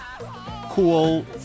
cool